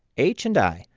h and i,